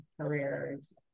careers